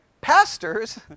pastors